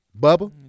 Bubba